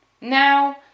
Now